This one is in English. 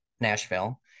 Nashville